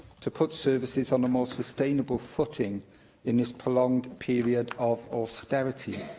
to put services on a more sustainable footing in this prolonged period of austerity.